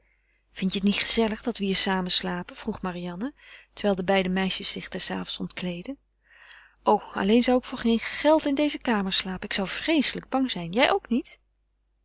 vindt je het niet gezellig dat we hier samen slapen vroeg marianne terwijl de beide meisjes zich des avonds ontkleedden o alleen zou ik voor geen geld in deze kamer slapen ik zou vreeselijk bang zijn jij ook niet